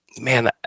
man